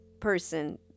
Person